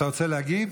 אתה רוצה להגיב?